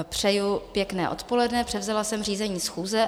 Přeju pěkné odpoledne, převzala jsem řízení schůze.